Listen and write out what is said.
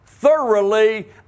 Thoroughly